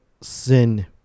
Sin